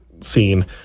scene